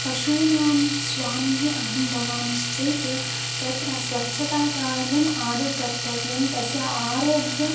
पशूनां स्वामिः अहं भवामिश्चेत् तत्र स्वच्छताकार्यम् आदौ कर्तव्यं तस्य आरोग्यम्